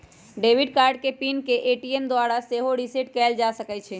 debit card के PIN के ATM द्वारा सेहो रीसेट कएल जा सकै छइ